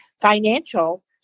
financial